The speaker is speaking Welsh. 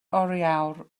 oriawr